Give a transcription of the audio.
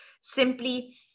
simply